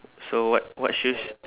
so what what shoes